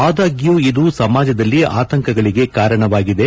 ಆದಾಗ್ಯೂ ಇದು ಸಮಾಜದಲ್ಲಿ ಆತಂಕಗಳಿಗೆ ಕಾರಣವಾಗಿದೆ